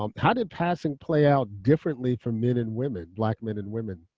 um how did passing play out differently for men and women, black men and women,